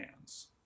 hands